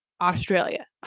Australia